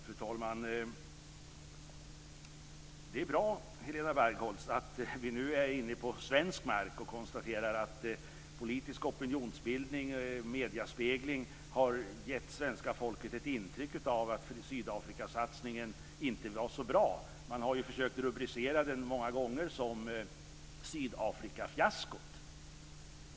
Fru talman! Det är bra, Helena Bargholtz, att vi nu är inne på svensk mark och kan konstatera att den politiska opinionsbildningen och mediespeglingen har givit svenska folket ett intryck av att Sydafrikasatsningen inte var så bra. Man har många gånger försökt rubricera den som Sydafrikafiaskot.